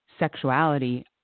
Sexuality